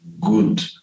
good